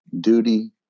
duty